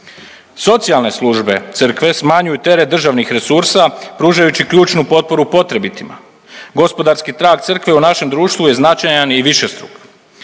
Socijalne službe Crkve smanjuju teret državnih resursa pružajući ključnu potporu potrebitima. Gospodarski trag Crkve u našem društvu je značajan i višestruk.